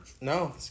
No